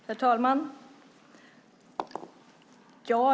Herr talman!